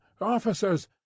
Officers